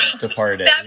departed